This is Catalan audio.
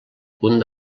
punt